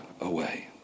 away